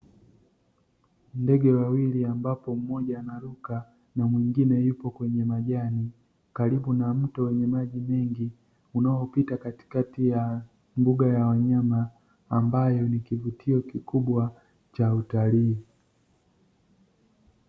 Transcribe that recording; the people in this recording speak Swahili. Ndege wawili ambapo mmoja anaruka na mwingine yupo kwenye majani, karibu na mto wenye maji mengi, unaopita katikati ya mbuga ya wanyama, ambayo ni kivutio kikubwa cha utalii.